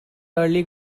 early